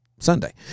sunday